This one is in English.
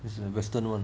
it's a western [one]